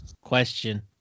question